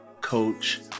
coach